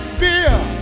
beer